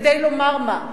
כדי לומר מה?